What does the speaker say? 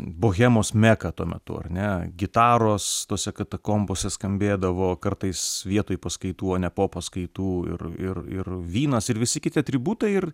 bohemos meka tuo metu ar ne gitaros tose katakombose skambėdavo kartais vietoj paskaitų o ne po paskaitų ir ir ir vynas ir visi kiti atributai ir